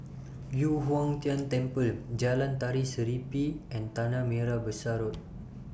Yu Huang Tian Temple Jalan Tari Serimpi and Tanah Merah Besar Road